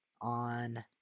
on